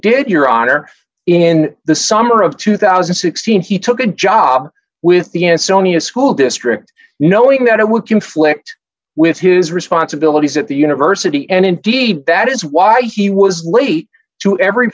did your honor in the summer of two thousand and sixteen he took a job with the as sony a school district knowing that it would conflict with his responsibilities at the university and indeed that is why he was late to every